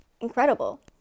Incredible